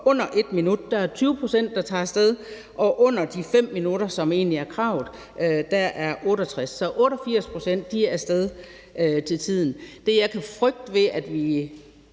under 1 minut er det 20 pct., der tager af sted, og under de 5 minutter, som egentlig er kravet, er det 68 pct., så 88 pct. er af sted til tiden. Nu må vi se, hvor